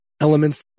elements